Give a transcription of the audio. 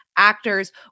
Actors